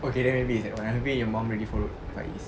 okay then maybe it's that [one] maybe your mum really followed faiz